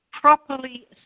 properly